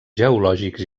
geològics